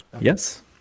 Yes